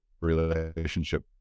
relationship